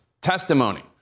testimony